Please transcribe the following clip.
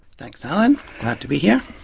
thanks alan to be here.